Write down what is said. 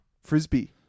Frisbee